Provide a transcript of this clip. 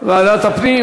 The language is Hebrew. ועדת הכנסת נתקבלה.